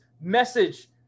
message